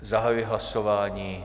Zahajuji hlasování.